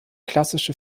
klassische